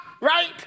right